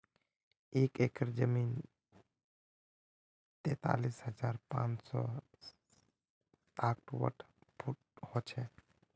एक एकड़ जमीन तैंतालीस हजार पांच सौ साठ वर्ग फुट हो छे